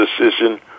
decision